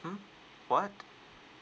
mm what